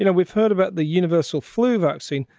you know we've heard about the universal flu vaccine.